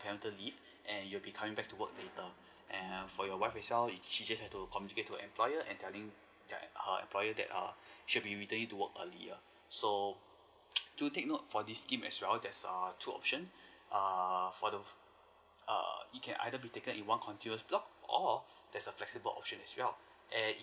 parental leave and you will be coming back to work later and for your wife itself she just has to communicate with her employer and telling your err her employer that err she will be returning to work earlier so do take note for this scheme as well there's err two option err for the err it can either be taken in one continuous block or there's a flexible option as well and